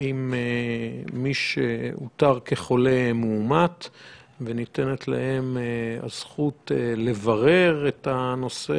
עם מי שאותר כחולה מאומת; מערך שבו ניתנת להם הזכות לברר את הנושא